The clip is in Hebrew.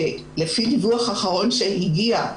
שלפי דיווח אחרון שהגיע,